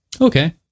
Okay